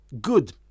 Good